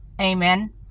amen